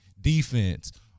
defense